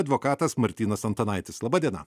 advokatas martynas antanaitis laba diena